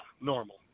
Normal